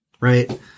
right